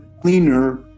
cleaner